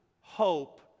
hope